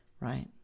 right